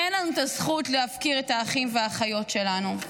אין לנו את הזכות להפקיר את האחים והאחיות שלנו.